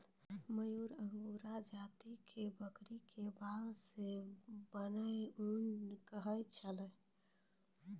मोहायिर angora जाति के बकरी के बाल सॅ बनलो ऊन कॅ कहै छै